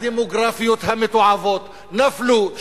הדמוגרפיות המתועבות נפלו,